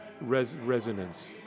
resonance